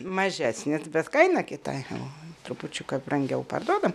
mažesnis bet kaina kita jau trupučiuką brangiau parduodam